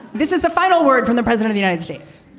this is the final word from the president of united states.